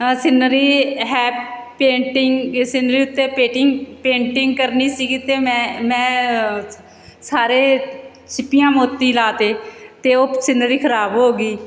scenery ਹੈ painting scenery ਉੱਤੇ painting painting ਕਰਨੀ ਸੀਗੀ ਅਤੇ ਮੈਂ ਮੈਂ ਸਾਰੇ ਸਿੱਪੀਆਂ ਮੋਤੀ ਲਾਤੇ ਅਤੇ ਉਹ ਸਿਨਰੀ ਖ਼ਰਾਬ ਹੋ ਗਈ